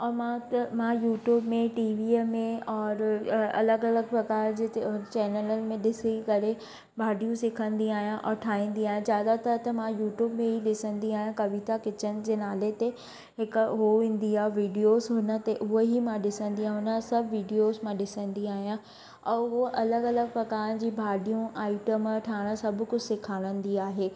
ऐं मां त मां यूटयूब में टीवीअ में और अ अलॻि अलॻि वगा जिते चैनलनि में डिसी करे भाॼियूं सिखंदी आहियां और ठाहींदी आहियां ज्यादातर त मां यूटयूब में ई ॾिसंदी आहियां कविता किचन जे नाले ते हिक हुओ ईंदी आहे वीडियोस हुन ते हुअ ई मां ॾिसंदी आहियां हुनजा सभु वीडियोस मां ॾिसंदी आहियां ऐं हुओ अलॻि अलॻि प्रकारनि जी भाॼियूं आइटम ठाहिण सभु कुझु सेखारींदी आहे